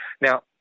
Now